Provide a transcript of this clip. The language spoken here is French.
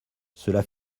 cela